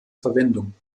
verwendung